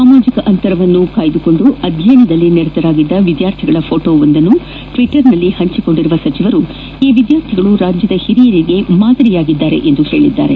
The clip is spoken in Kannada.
ಸಾಮಾಜಿಕ ಅಂತರವನ್ನು ಕಾಪಾಡಿಕೊಂಡು ಅಧ್ಯಯನದಲ್ಲಿ ತೊಡಗಿದ್ದ ವಿದ್ಯಾರ್ಥಿಗಳ ಫೋಟೋವೊಂದನ್ನು ಟ್ವಿಟರ್ ನಲ್ಲಿ ಹಂಚಿಕೊಂಡಿರುವ ಸಚಿವರು ಈ ವಿದ್ಯಾರ್ಥಿಗಳು ರಾಜ್ಯದ ಹಿರಿಯರಿಗೂ ಮಾದರಿ ಎಂದಿದ್ದಾರೆ